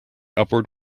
upward